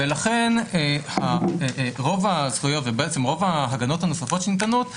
ולכן רוב הזכויות ובעצם רוב ההגנות הנוספות שניתנות,